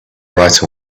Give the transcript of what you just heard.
right